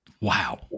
Wow